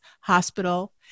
Hospital